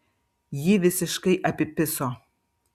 jį visiškai apipiso